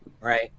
right